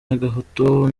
y’agahato